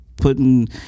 Putting